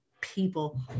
people